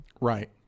Right